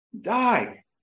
Die